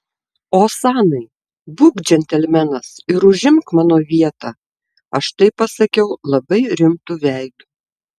osanai būk džentelmenas ir užimk mano vietą aš tai pasakiau labai rimtu veidu